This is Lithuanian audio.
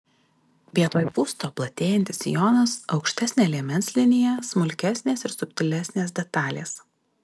vietoj pūsto platėjantis sijonas aukštesnė liemens linija smulkesnės ir subtilesnės detalės